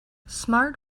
smart